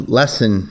lesson